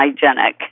hygienic